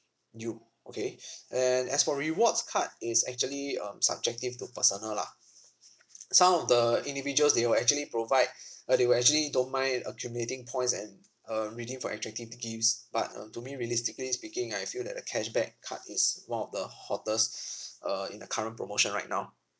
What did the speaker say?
you okay and as for rewards card is actually um subjective to personal lah some of the individuals they will actually provide uh they will actually don't mind accumulating points and uh redeem for attractive gifts but um to me realistically speaking I feel that the cashback card is one of the hottest uh in the current promotion right now